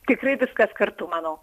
tikrai viskas kartu manau